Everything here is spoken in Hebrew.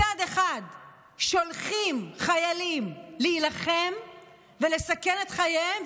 מצד אחד שולחים חיילים להילחם ולסכן את חייהם,